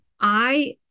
I-